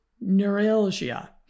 neuralgia